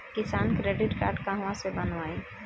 किसान credit card कहवा से बनवाई?